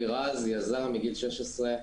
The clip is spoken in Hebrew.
אני יזם מגיל 16,